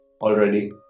already